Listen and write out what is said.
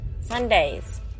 Sundays